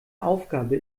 aufgabe